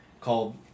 called